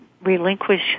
relinquish